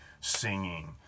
singing